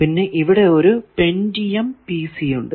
പിന്നെ ഇവിടെ ഒരു പെന്റിയം PC ഉണ്ട്